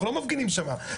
אנחנו לא מפגינים שמה,